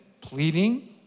pleading